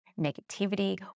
negativity